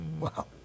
Wow